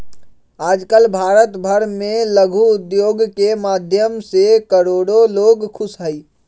आजकल भारत भर में लघु उद्योग के माध्यम से करोडो लोग खुश हई